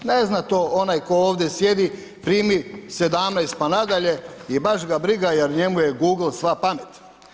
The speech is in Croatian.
Ne zna to onaj tko ovdje sjedi, primi 17 pa nadalje i baš ga briga jer njemu je Google sva pamet.